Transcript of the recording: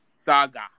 saga